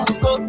go